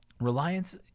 Reliance